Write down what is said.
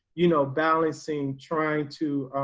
you know, balancing trying to